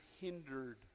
hindered